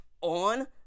on